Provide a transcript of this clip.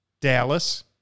Dallas